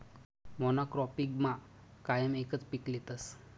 मोनॉक्रोपिगमा कायम एकच पीक लेतस